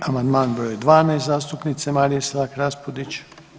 Amandman broj 12. zastupnice Marije Selak Raspudić.